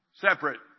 Separate